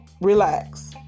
Relax